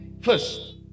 first